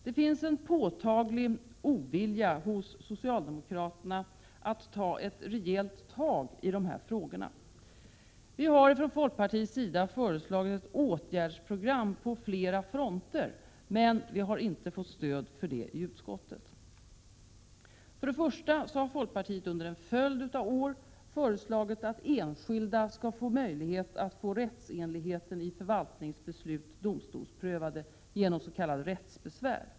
Det finns en påtaglig ovilja hos socialdemokraterna mot att ta ett rejält tag i dessa frågor. Vi har från folkpartiets sida föreslagit ett åtgärdsprogram på flera fronter men vi har inte fått stöd för det i utskottet. Folkpartiet har under en följd av år föreslagit att enskilda skall få möjlighet att få rättsenligheten i förvaltningsbeslut domstolsprövade genom s.k. rättsbesvär.